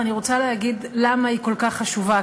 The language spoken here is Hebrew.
ואני רוצה להגיד למה היא כל כך חשובה,